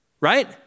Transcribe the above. right